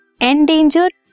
endangered